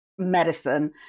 medicine